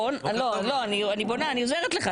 לא, אני עוזרת לך.